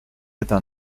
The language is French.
êtes